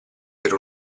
per